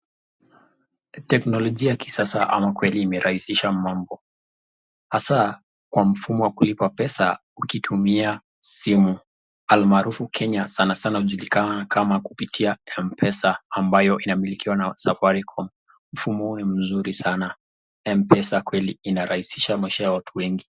Teknologia ya kisasa ama kweli imerahisisha mambo. Hasa, kwa mfumo wa kulipa pesa ukitumia simu, almaarufu Kenya . Sanasana inajulikana kama kupitia mpesa , ambayo inamilikiwa na safaricom . Mfumu huu ni mzuri sana. Mpesa kweli ina rahisisha maisha ya watu wengi.